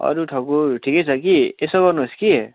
अरू ठाउँको ठिकै छ कि यसो गर्नुहोस् कि